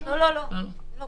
הקו.